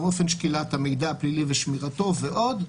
אופן שקילת המידע הפלילי ושמירתו ועוד,